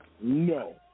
No